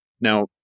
Now